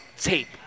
tape